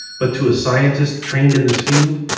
but to a scientist trained in this field,